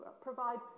provide